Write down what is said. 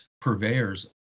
purveyors